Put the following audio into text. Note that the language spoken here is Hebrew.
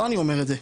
לא אני אומר את זה.